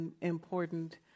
important